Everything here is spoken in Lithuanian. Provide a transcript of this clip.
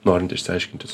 norint išsiaiškinti